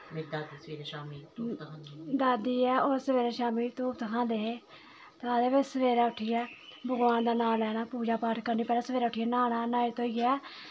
दादी ऐ ओह् सवेरे शाम्मी धूफ धखांदे हे ते आखदे भई सवेरे उट्ठियै भगवान दा नांऽ लैना पूजा पाठ करनी पैह्लें सवेरे उट्ठियै न्हाना न्हाई धोइयै